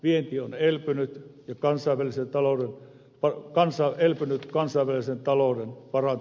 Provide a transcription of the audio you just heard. vienti on elpynyt kansainvälisen talouden parantumisen myötä